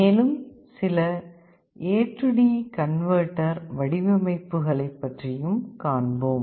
மேலும் சில AD converter வடிவமைப்புகளை பற்றியும் காண்போம்